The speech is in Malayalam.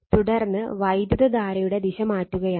തുടർന്ന് വൈദ്യുതധാരയുടെ ദിശ മാറ്റുകയാണ്